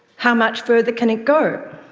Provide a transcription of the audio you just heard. how much further can it go?